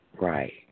Right